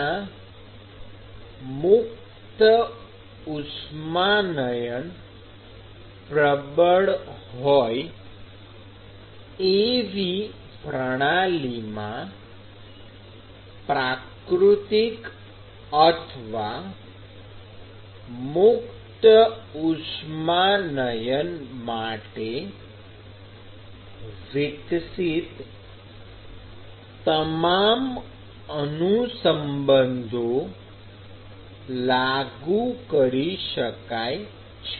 જ્યાં મુક્ત ઉષ્માનયન પ્રબળ હોય એવી પ્રણાલીમાં પ્રાકૃતિકમુક્ત ઉષ્માનયન માટે વિકસિત તમામ અનુસંબંધો લાગુ કરી શકાય છે